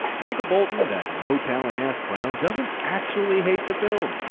michael bolton, that no talent ass-clown doesn't actually hate the film.